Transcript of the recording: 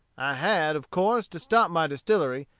i had, of course, to stop my distillery,